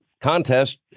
contest